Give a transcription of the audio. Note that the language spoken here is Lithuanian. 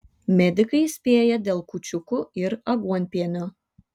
medikai įspėja dėl kūčiukų ir aguonpienio